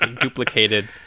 duplicated